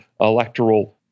electoral